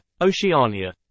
Oceania